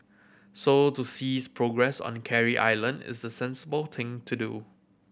so to cease progress on Carey Island is the sensible thing to do